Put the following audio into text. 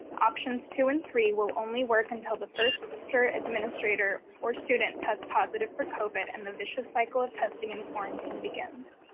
options two and three will only work until the first teacher, administrator or student tests positive for covid and the vicious cycle of testing and quarantine begins.